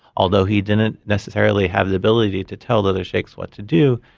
although he didn't necessarily have the ability to tell the other sheikhs what to do,